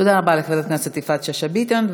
תודה רבה לחברת הכנסת יפעת שאשא ביטון.